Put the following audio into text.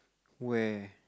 where